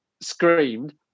screamed